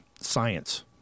science